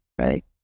Right